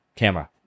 camera